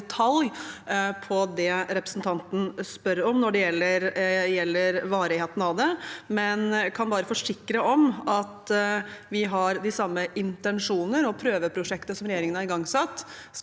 derfor ikke svare i detalj på det representanten spør om når det gjelder varigheten av det, men kan bare forsikre om at vi har de samme intensjoner, og at prøveprosjektet som regjeringen har igangsatt,